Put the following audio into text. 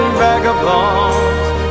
vagabonds